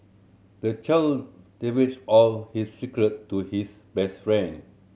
the child divulged all his secret to his best friend